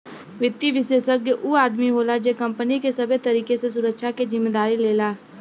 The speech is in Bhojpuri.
वित्तीय विषेशज्ञ ऊ आदमी होला जे कंपनी के सबे तरीके से सुरक्षा के जिम्मेदारी लेला